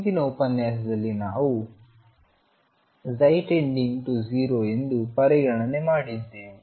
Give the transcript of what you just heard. ಹಿಂದಿನ ಉಪನ್ಯಾಸದಲ್ಲಿ ನಾವು ψ→0 ಎಂದು ಪರಿಗಣನೆ ಮಾಡಿದ್ದೆವು